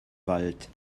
wald